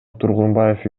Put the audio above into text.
тургунбаев